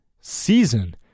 season